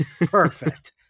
Perfect